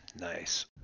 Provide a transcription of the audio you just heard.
Nice